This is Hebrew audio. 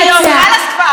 אתם העברתם את זה,